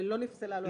ולא נפסלה לו השאלה.